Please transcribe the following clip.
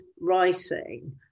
writing